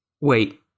Wait